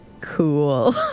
Cool